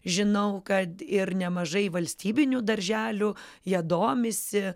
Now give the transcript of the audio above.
žinau kad ir nemažai valstybinių darželių ja domisi